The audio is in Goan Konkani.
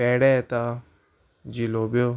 पेडे येता जिलोब्यो